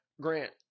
grant